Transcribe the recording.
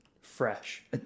Fresh